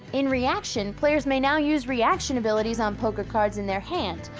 in reaction, players may now use reaction abilities on poker cards in their hand,